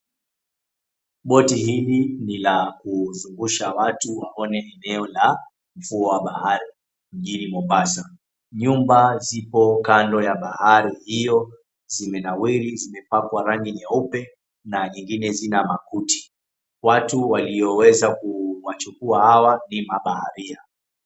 Boti hili ni la kuzungusha watu waone eneo la ufuo wa bahari mjini Mombasa. Nyumba zipo kando ya bahari hio, zimenawiri zimepakwa rangi nyeupe na nyingine zina makuti. Watu walioweza kuwachukua hawa ni mabaharia.